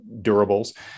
durables